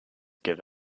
give